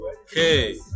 Okay